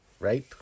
right